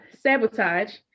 sabotage